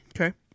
Okay